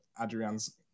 Adrian's